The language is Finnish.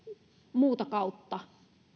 muuta kautta